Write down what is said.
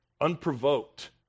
unprovoked